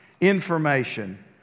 information